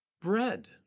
bread